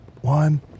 One